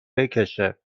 بکشه